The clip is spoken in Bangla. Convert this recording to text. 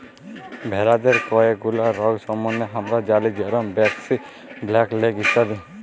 ভেরাদের কয়ে গুলা রগ সম্বন্ধে হামরা জালি যেরম ব্র্যাক্সি, ব্ল্যাক লেগ ইত্যাদি